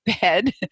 bed